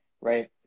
right